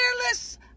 fearless